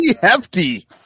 hefty